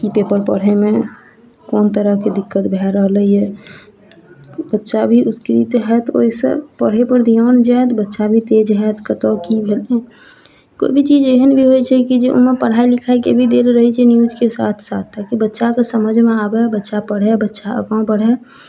कि पेपर पढ़यमे कोन तरहके दिक्कत भए रहलइए बच्चा भी उत्प्रेरित होयत ओइसँ पढ़यपर ध्यान जायत बच्चा भी तेज होयत कतऽ की भेलय कोइ भी चीज एहन भी होइ छै कि जे ओइमे पढ़ाइ लिखाइके चीज भी देल रहय छै न्यूजके साथ साथ ताकि बच्चाके समझमे आबय बच्चा पढ़य बच्चा आगा बढ़य